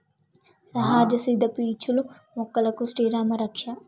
సహజ సిద్ద పీచులు మొక్కలకు శ్రీరామా రక్ష